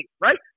right